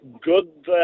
good